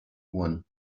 one